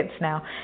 now